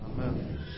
Amen